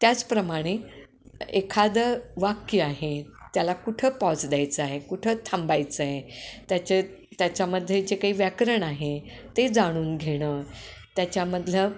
त्याचप्रमाणे एखादं वाक्य आहे त्याला कुठं पॉज द्यायचा आहे कुठं थांबायचं आहे त्याचे त्याच्यामध्ये जे काही व्याकरण आहे ते जाणून घेणं त्याच्यामधलं